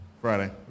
Friday